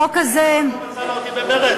החוק הזה, באיזה מקום את שמה אותי במרצ?